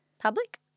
public